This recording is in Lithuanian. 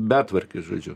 betvarkė žodžiu